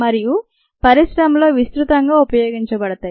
మరియు పరిశ్రమలో విస్తృతంగా ఉపయోగించబడతాయి